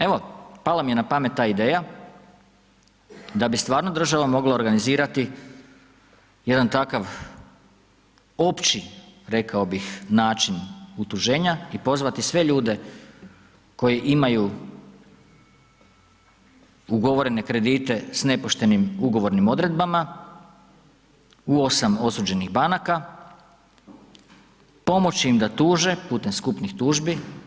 Evo, pala mi je na pamet ta ideja, da ti stvarno država mogla organizirati jedan takav opći rekao bih način utuženja i pozvati sve ljude koji imaju ugovorene kredite s nepoštenim ugovornim odredbama u 8 osuđenih banaka, pomoć im da tuže putem skupnih tužbi.